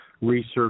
research